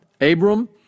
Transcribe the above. Abram